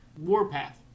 Warpath